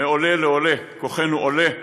"מעולה לעולה כוחנו עולה".